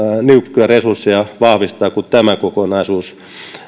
niukkoja resursseja vahvistaa kuin tämä kokonaisuus